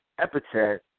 epithet